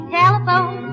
telephone